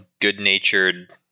good-natured